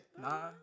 Nah